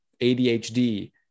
ADHD